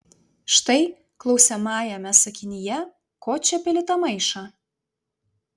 štai klausiamajame sakinyje ko čia pili tą maišą